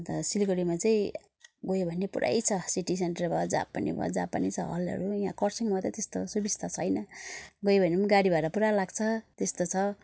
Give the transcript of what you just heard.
अन्त सिलगढीमा चाहिँ गयो भने पुरै छ सिटी सेन्टर भयो जहाँ पनि भयो जहाँ पनि छ हलहरू यहाँ खरसाङमा त त्यस्तो सुविस्ता छैन गयो भने पनि गाडी भाडा पुरा लाग्छ त्यस्तो छ